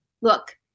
look